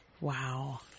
Wow